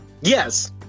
Yes